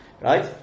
right